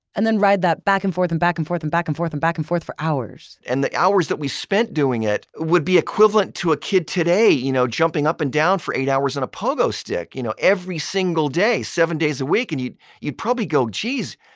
and then ride that back and forth and back and forth and back and forth and back and forth for hours. and the hours that we spent doing it would be the equivalent to a kid today, you know, jumping up and down for eight hours on a pogo stick, you know, every single day, seven days a week. and you'd you'd probably go geez,